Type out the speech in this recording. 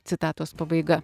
citatos pabaiga